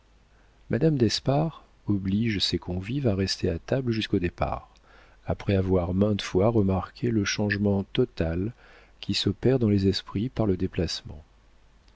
d'espard oblige ses convives à rester à table jusqu'au départ après avoir maintes fois remarqué le changement total qui s'opère dans les esprits par le déplacement